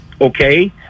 okay